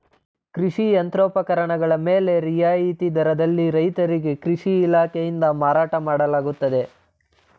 ಕೃಷಿ ಯಂತ್ರೋಪಕರಣಗಳ ಮೇಲೆ ರಿಯಾಯಿತಿ ದರದಲ್ಲಿ ರೈತರಿಗೆ ಕೃಷಿ ಇಲಾಖೆಯಲ್ಲಿ ಮಾರಾಟ ಮಾಡಲಾಗುತ್ತದೆ